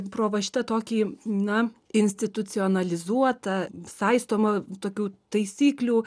pro va šitą tokį na institucionalizuotą saistomą tokių taisyklių